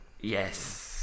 Yes